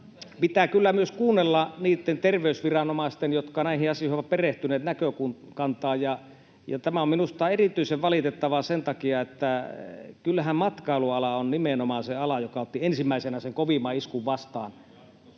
pitää kyllä myös kuunnella niitten terveysviranomaisten, jotka näihin asioihin ovat perehtyneet, näkökantaa. Tämä on minusta erityisen valitettavaa sen takia, että kyllähän matkailuala on nimenomaan se ala, joka otti ensimmäisenä sen kovimman iskun vastaan